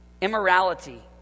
immorality